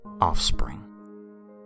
offspring